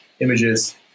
images